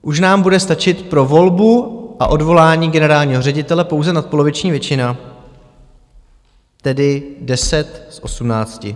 Už nám bude stačit pro volbu a odvolání generálního ředitele pouze nadpoloviční většina, tedy deset z osmnácti.